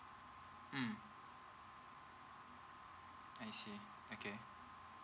mm I see okay